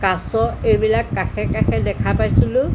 কাচ এইবিলাক কাষে কাষে দেখা পাইছিলোঁ